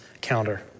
counter